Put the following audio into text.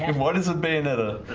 and what is the bayonetta?